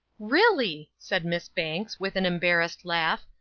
really! said miss banks, with an embarrassed laugh,